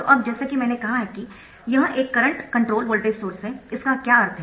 तो अब जैसा कि मैंने कहा कि यह एक करंट कंट्रोल्ड वोल्टेज सोर्स है इसका क्या अर्थ है